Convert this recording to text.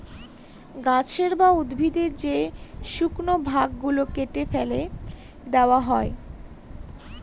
গাছের বা উদ্ভিদের যে শুকনো ভাগ গুলো কেটে ফেলে দেওয়া হয়